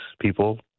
people